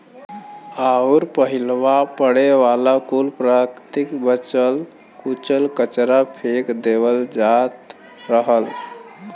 अउर पहिलवा पड़े वाला कुल प्राकृतिक बचल कुचल कचरा फेक देवल जात रहल